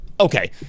Okay